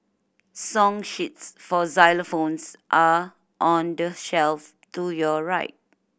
song sheets for xylophones are on the shelf to your right